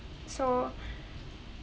so